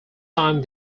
time